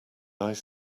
ice